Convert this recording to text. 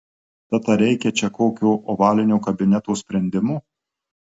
tad ar reikia čia kokio ovalinio kabineto sprendimo